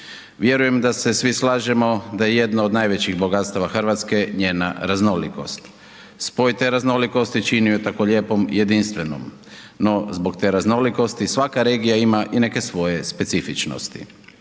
Vjerujem da se svi slažemo da je jedna od najvećih bogatstava Hrvatske njena raznolikost. Spoj te raznolikosti čini ju tako lijepom i jedinstvenom no zbog te raznolikosti svaka regija ima i neke svoje specifičnosti;